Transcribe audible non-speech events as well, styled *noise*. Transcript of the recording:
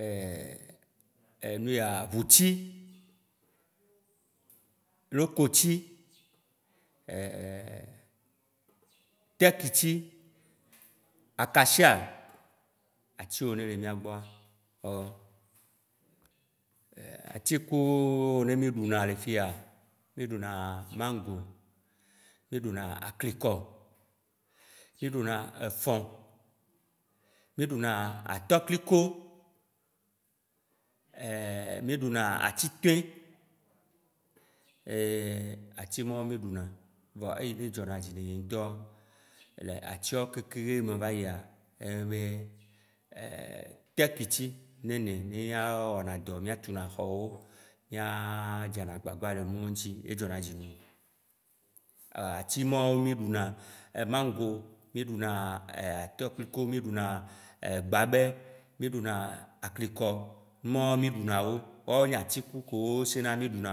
*hesitation* nuya ʋuti, locoti, teckti, akashia, atiwo nele mìagbɔa, wawoe wã. Ati kowo ne mì ɖuna le fiya: mì ɖuna maŋgo, mì ɖuna aklikɔ, mì ɖuna efɔ̃, mì ɖuna atɔkliko, mì ɖuna atitɔ. Atimɔwo mì ɖuna vɔ eyi ne dzɔnadzi ne nye ŋtɔ le atiawo kekeŋ me va yi ye nyi be teckti, nenɛ eya wɔna dɔ mì tu na xɔwo, mìa dzena agbagba le nuwo ŋti, edzɔnadzi num. Ati mɔwo mì ɖuna mango, mì ɖuna atɔkliko, mì ɖuna gbabɛ, mì ɖuna aklikɔ ŋmɔwo mì ɖuna wo, woawoe nye atiku kewo tsena mì ɖuna